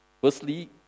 Firstly